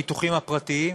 הביטוחים הפרטיים,